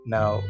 Now